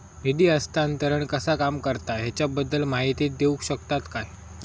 निधी हस्तांतरण कसा काम करता ह्याच्या बद्दल माहिती दिउक शकतात काय?